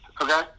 Okay